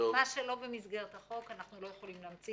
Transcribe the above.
מה שלא במסגרת החוק אנחנו לא יכולים להמציא